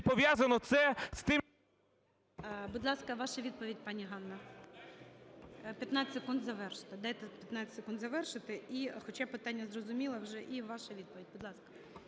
не пов'язано це з тим… ГОЛОВУЮЧИЙ. Будь ласка, ваша відповідь, пані Ганно. 15 секунд завершити. Дайте 15 секунд завершити, хоча питання зрозуміле вже, і ваша відповідь, будь ласка.